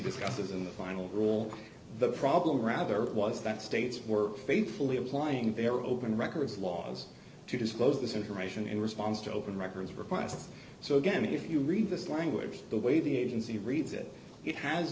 discusses in the final rule the problem rather was that states work faithfully applying their open records laws to disclose this information in response to open records requests so again if you read this language the way the agency reads it it has